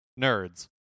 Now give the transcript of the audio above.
nerds